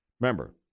Remember